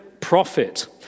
prophet